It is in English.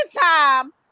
time